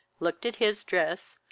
looked at his dress,